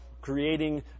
creating